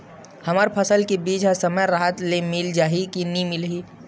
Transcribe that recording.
हमर फसल के बीज ह समय राहत ले मिल जाही के नी मिलही?